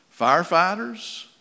firefighters